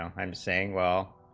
um i'm saying well